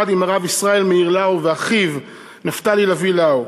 עם הרב ישראל מאיר לאו ואחיו נפתלי לביא-לאו.